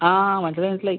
ആ മനസ്സിലായി മനസ്സിലായി